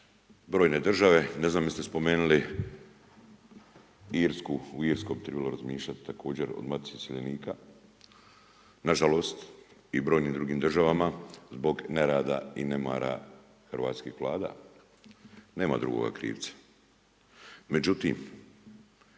brojne države, ne znam da li ste spomenuli Irsku, u Irskoj bi trebalo razmišljat o Matici iseljenika. Na žalost i brojnim drugim državama zbog nerada i nemara hrvatskih vlada. Nema drugoga krivca. Međutim,